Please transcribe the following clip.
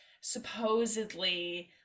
supposedly